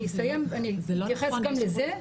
אני אתייחס גם לזה.